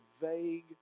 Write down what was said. vague